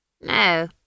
No